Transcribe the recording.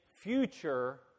future